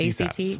ACT